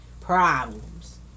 problems